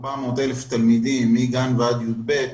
כ-1.4 מיליון תלמידים מגן עד י"ב,